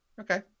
Okay